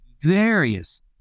various